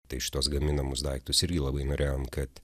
tai šituos gaminamus daiktus irgi labai norėjom kad